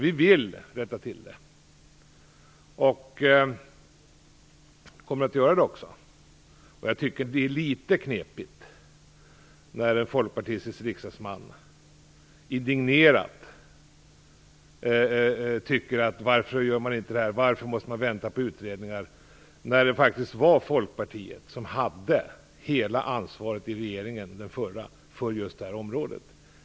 Vi vill rätta till dem och kommer att göra det också. Jag tycker att det är litet knepigt när en folkpartistisk riksdagsman indignerad undrar varför man inte gjort det, varför man måste vänta på utredningar när det faktiskt var Folkpartiet som i den förra regeringen hade hela ansvaret för det här området.